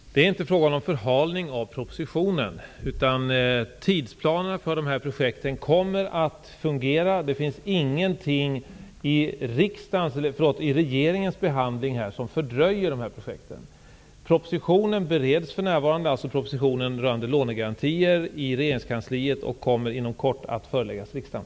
Fru talman! Det är inte fråga om förhalning av propositionen. Tidsplanen för dessa projekt kommer att fungera. Det finns ingenting i regeringens behandling som fördröjer projekten. Propositionen rörande lånegarantier bereds för närvarande i regeringskansliet och kommer inom kort att föreläggas riksdagen.